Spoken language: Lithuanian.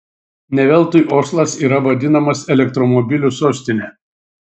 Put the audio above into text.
ne veltui oslas yra vadinamas elektromobilių sostine